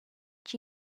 chi